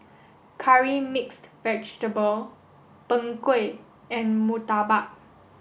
Curry mixed vegetable Png Kueh and Murtabak